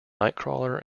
nightcrawler